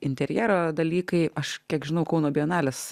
interjero dalykai aš kiek žinau kauno bienalės